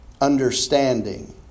understanding